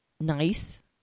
nice